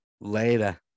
Later